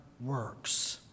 works